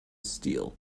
steel